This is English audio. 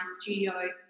studio